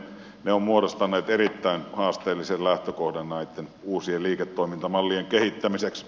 ne ovat muodostaneet erittäin haasteellisen lähtökohdan näitten uusien liiketoimintamallien kehittämiseksi